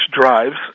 drives